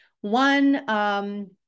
one